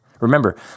Remember